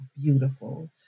beautiful